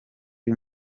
uri